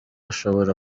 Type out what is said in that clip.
ashobora